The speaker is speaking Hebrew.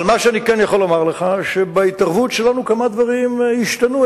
אבל בהתערבות שלנו כמה דברים השתנו.